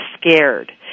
scared